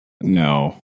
No